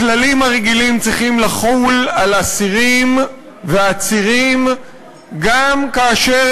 הכללים הרגילים צריכים לחול על אסירים ועצירים גם כאשר